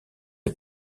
est